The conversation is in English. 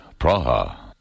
Praha